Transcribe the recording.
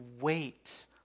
wait